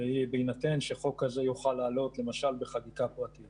שבהינתן שחוק כזה יוכל לעלות למשל בחקיקה פרטית